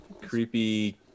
creepy